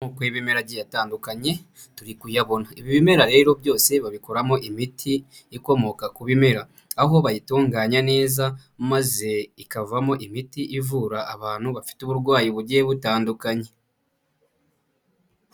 Amoko y'ibimera agiye atandukanye turi kuyabona. Ibi bimera rero byose babikoramo imiti ikomoka ku bimera. Aho bayitunganya neza maze ikavamo imiti ivura abantu bafite uburwayi bugiye butandukanye.